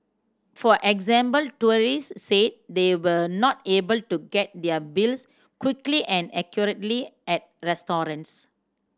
for example tourists said they were not able to get their bills quickly and accurately at restaurants